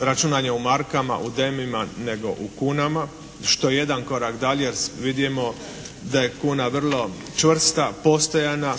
računanja u marka, u DEM-ima nego u kunama što je jedan korak dalje. Vidimo da je kuna vrlo čvrsta, postojana